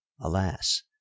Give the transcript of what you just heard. alas